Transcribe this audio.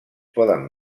poden